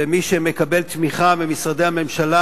ומי שמקבל תמיכה ממשרדי הממשלה,